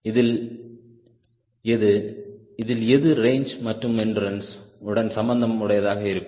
இதில் எது இதில் எது ரேஞ்ச் மற்றும் எண்டுரன்ஸ் உடன் சம்பந்தம் உடையதாக இருக்கும்